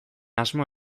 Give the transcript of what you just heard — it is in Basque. asmo